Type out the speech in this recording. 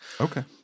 Okay